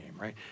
right